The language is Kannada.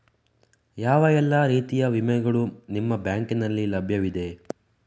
ಯಾವ ಎಲ್ಲ ರೀತಿಯ ವಿಮೆಗಳು ನಿಮ್ಮ ಬ್ಯಾಂಕಿನಲ್ಲಿ ಲಭ್ಯವಿದೆ?